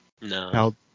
No